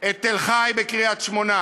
את מכללת תל-חי בקריית-שמונה,